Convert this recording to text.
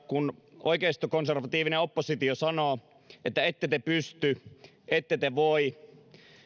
kun oikeistokonservatiivinen oppositio sanoo että ette te pysty ette te voi